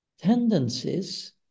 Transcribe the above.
tendencies